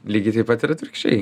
lygiai taip pat ir atvirkščiai